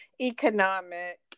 economic